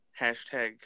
hashtag